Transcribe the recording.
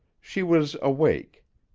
she was awake.